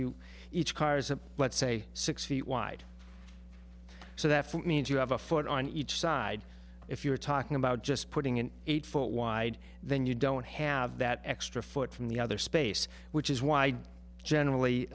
you each car is a let's say six feet wide so that means you have a foot on each side if you're talking about just putting an eight foot wide then you don't have that extra foot from the other space which is why generally